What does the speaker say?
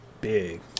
big